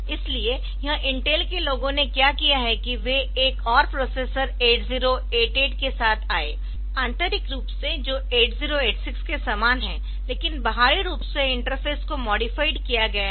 इसलिए यह इंटेल के लोगों ने क्या किया कि वे एक और प्रोसेसर 8088 के साथ आए आंतरिक रूप से जो 8086 के समान है लेकिन बाहरी रूप से इंटरफेस को मॉडिफाइड किया गया है